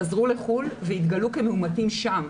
חזרו לחו"ל והתגלו כמאומתים שם.